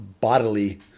Bodily